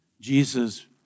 Jesus